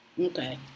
okay